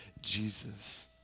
Jesus